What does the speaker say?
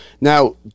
Now